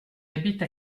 habite